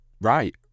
right